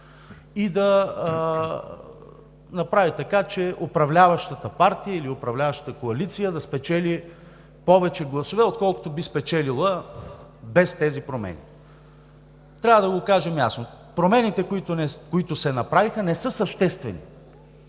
и да направи така, че управляващата партия или управляващата коалиция да спечели повече гласове, отколкото би спечелила без тези промени. Трябва да го кажем ясно – промените, които се направиха, не са съществени,